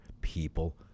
People